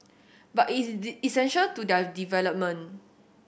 but it's did essential do their development